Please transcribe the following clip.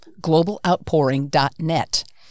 globaloutpouring.net